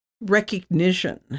recognition